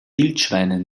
wildschweine